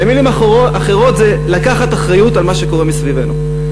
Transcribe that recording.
במילים אחרות זה לקחת אחריות למה שקורה מסביבנו.